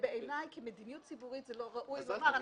בעיני כמדיניות ציבורית זה לא ראוי לומר.